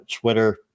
Twitter